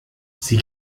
sie